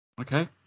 Okay